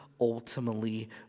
ultimately